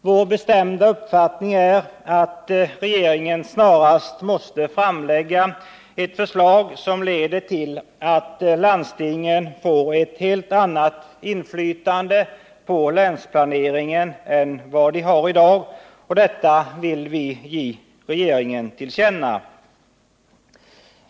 Vår bestämda uppfattning är att regeringen snarast måste framlägga ett förslag som leder till att landstingen får ett helt annat inflytande på länsplaneringen än vad de har i dag, och detta vill vi ge regeringen till känna.